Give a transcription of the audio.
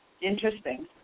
Interesting